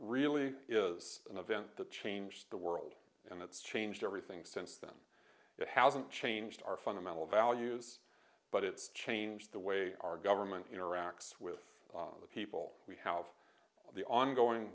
really is an event that changed the world and it's changed everything since then it hasn't changed our fundamental values but it's changed the way our government interacts with the people we have the ongoing